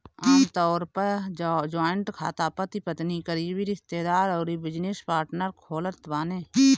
आमतौर पअ जॉइंट खाता पति पत्नी, करीबी रिश्तेदार अउरी बिजनेस पार्टनर खोलत बाने